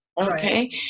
Okay